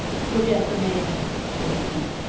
forget the maiden, said the king,